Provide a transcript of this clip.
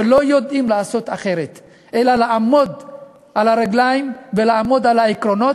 שלא יודעים לעשות אחרת אלא לעמוד על הרגליים ולעמוד על העקרונות,